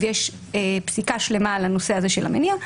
יש פסיקה שלמה על הנושא של המניע,